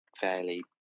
fairly